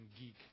geek